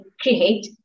create